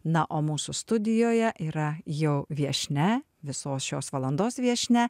na o mūsų studijoje yra jau viešnia visos šios valandos viešnia